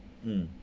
mm